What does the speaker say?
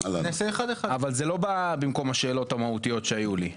אבל זה לא בא במקום השאלות המהותיות שהיו לי.